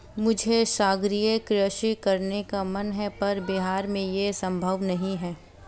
मुझे सागरीय कृषि करने का मन है पर बिहार में ये संभव नहीं है